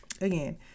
again